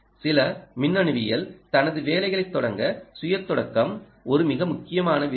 சில மின்னணுவியல் தனது வேலையைத் தொடங்க சுய தொடக்கம் ஒரு மிக முக்கியமான விஷயம்